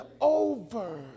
over